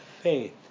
faith